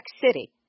City